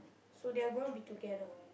so they're gonna be together